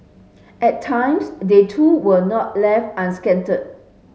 at times they too were not left unscathed